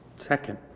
second